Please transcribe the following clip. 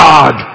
God